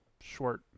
short